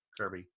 Kirby